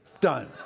Done